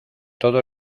todo